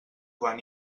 van